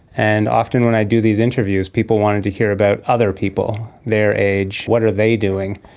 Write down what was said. and often when i do these interviews people wanted to hear about other people their age, what are they doing?